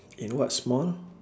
in what small